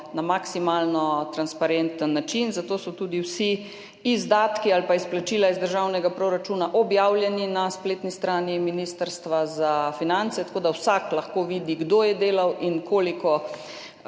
na maksimalno transparenten način, zato so tudi vsi izdatki ali pa izplačila iz državnega proračuna objavljeni na spletni strani Ministrstva za finance. Vsak lahko vidi, kdo je delal in koliko